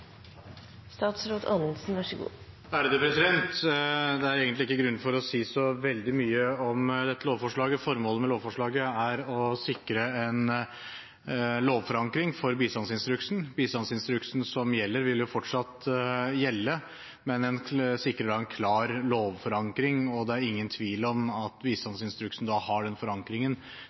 egentlig ikke grunn for å si så veldig mye om dette lovforslaget. Formålet med lovforslaget er å sikre en lovforankring for bistandsinstruksen. Bistandsinstruksen som gjelder, vil fortsatt gjelde, men en sikrer en klar lovforankring, og det er ingen tvil om at